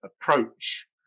approach